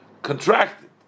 Contracted